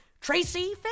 Tracy